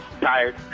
Tired